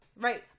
Right